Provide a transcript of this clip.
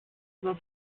war